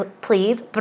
please